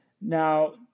Now